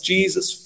Jesus